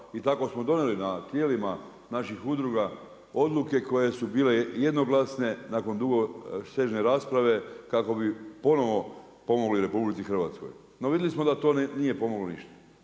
i tako smo donijeli na tijelima naših udruga odluke koje su bile jednoglasne nakon dugosežne rasprave kako bi ponovno pomogli RH. No vidjeli smo da to nije pomoglo ništa.